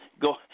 go